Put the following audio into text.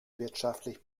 wirtschaftlich